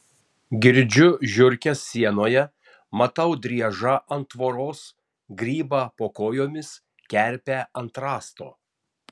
girdžiu žiurkes sienoje matau driežą ant tvoros grybą po kojomis kerpę ant rąsto